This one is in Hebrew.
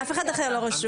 אף אחד אחר לא רשום.